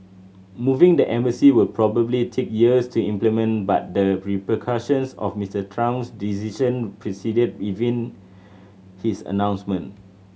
moving the embassy will probably take years to implement but the repercussions of Mr Trump's decision preceded even his announcement